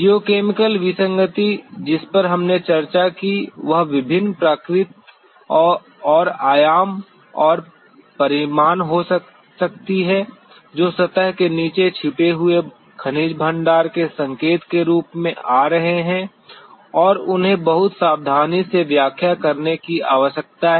geochemical विसंगति जिस पर हमने चर्चा की वह विभिन्न प्रकृति और आयाम और परिमाण हो सकती है जो सतह के नीचे छिपे हुए खनिज भंडार के संकेत के रूप में आ रहे हैं और उन्हें बहुत सावधानी से व्याख्या करने की आवश्यकता है